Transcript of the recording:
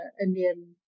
Indian